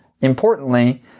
importantly